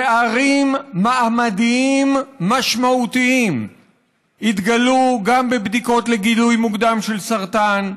פערים מעמדיים משמעותיים התגלו גם בבדיקות לגילוי מוקדם של סרטן,